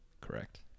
Correct